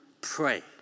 Pray